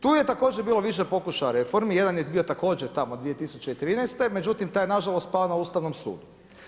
Tu je također bilo više pokušaja reformi, jedan je bio također tamo 2013. međutim taj je nažalost pala na Ustavnom sudu.